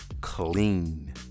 clean